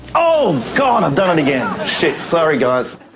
oh, god! i've done it again. shit, sorry guys.